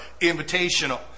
Invitational